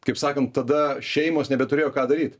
kaip sakant tada šeimos nebeturėjo ką daryt